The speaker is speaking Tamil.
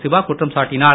சிவா குற்றம் சாட்டினார்